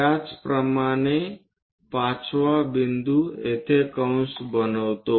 त्याचप्रमाणे पाचवा बिंदू येथे कंस बनविते